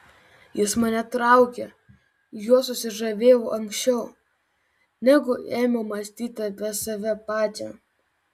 jis mane traukė juo susižavėjau anksčiau negu ėmiau mąstyti apie save pačią